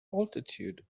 altitude